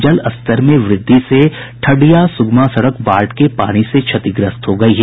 जलस्तर में वृद्धि से ठडिया सुगमा सड़क बाढ़ के पानी से क्षतिग्रस्त हो गयी है